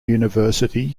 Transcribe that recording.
university